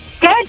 Good